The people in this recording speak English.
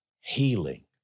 healing